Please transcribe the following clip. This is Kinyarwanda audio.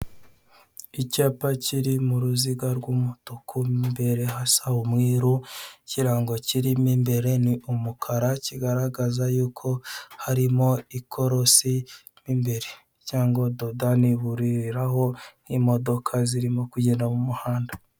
Icyapa kiri mu ruziga rw'umutuku mo imbere hasa umweru ikirango kirimo imbere ni umukara, kigaragaza yuko harimo ikorosi mo imbere. Cyangwa dodani buririraho imodoka zirimo kugenda mu muhanda.